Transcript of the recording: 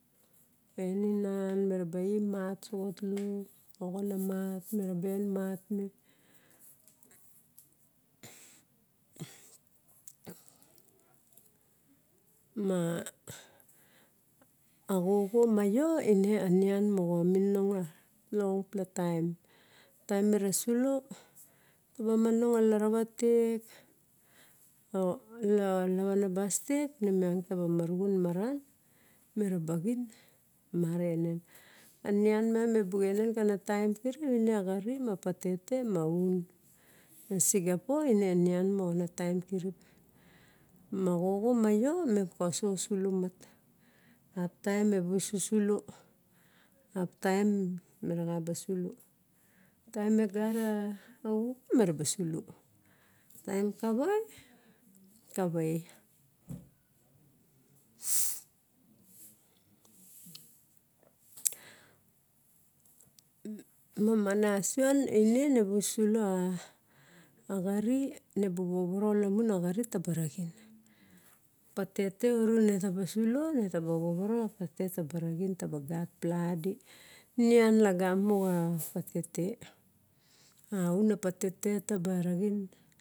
Painim mat me raba en mat me ma xoxo ma io ine a nian moxa. Mininong lano plu taem. Taem mina sulo taba monong a laravat lek, yaebu vanabas tek nemiang taba mirixon maran. Mirabaxin marana enen. Anian mianga mibu enen kara taem kirip me axaine ma patate maun, ma sigapo ine anian moxara taem kirip. Ma oxoxo ma io mi bu koxoso sufo maf. Ap taem me garaik merba sulo, taem karae karae mana sion me rebu sulo axain. Patete orun netaba sulo nelaba wowo patete taba maxin taba gat pladi niain lagamo xa patete, aun na patete laba raxin.